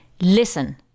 listen